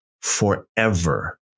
forever